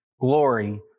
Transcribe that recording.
glory